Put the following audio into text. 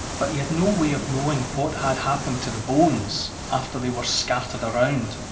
but he had no way of knowing what had happened to the bones after they were scattered around.